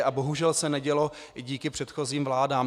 A bohužel se nedělo i díky předchozím vládám.